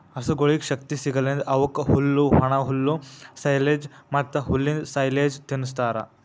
ಹಸುಗೊಳಿಗ್ ಶಕ್ತಿ ಸಿಗಸಲೆಂದ್ ಅವುಕ್ ಹುಲ್ಲು, ಒಣಹುಲ್ಲು, ಸೈಲೆಜ್ ಮತ್ತ್ ಹುಲ್ಲಿಂದ್ ಸೈಲೇಜ್ ತಿನುಸ್ತಾರ್